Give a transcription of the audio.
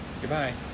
Goodbye